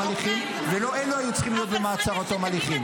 הליכים ולא אלו היו צריכים להיות במעצר עד תום הליכים.